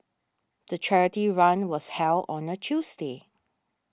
the charity run was held on a Tuesday